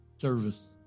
service